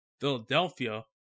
Philadelphia